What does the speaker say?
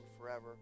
forever